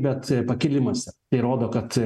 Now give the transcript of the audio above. bet pakilimas tai rodo kad